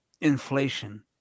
inflation